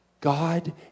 God